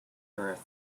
earth